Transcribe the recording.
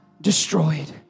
destroyed